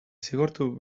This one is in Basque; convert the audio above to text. zigortu